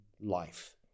life